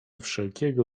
wszelkiego